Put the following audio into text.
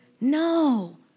No